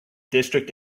district